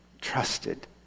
trusted